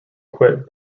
quit